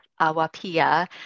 awapia